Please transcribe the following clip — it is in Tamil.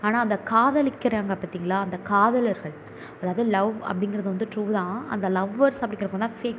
ஆனால் அந்த காதலிக்கிறாங்க பார்த்தீங்களா அந்த காதலர்கள் அதாவது லவ் அப்படிங்கிறது வந்து ட்ரூ தான் அந்த லவ்வர்ஸ் அப்படிங்கிறவங்க தான் ஃபேக்